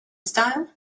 style